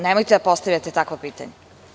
Nemojte da postavljate takva pitanja.